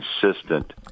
consistent